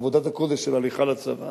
עבודת הקודש של הליכה לצבא